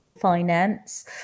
finance